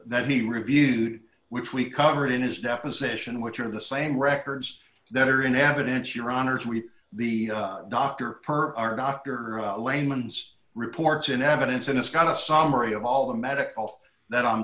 that he reviewed which we covered in his deposition which are the same records that are in evidence your honour's we the doctor per our doctor layman's reports in evidence and it's got a summary of all the medical for that